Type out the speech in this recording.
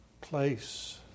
place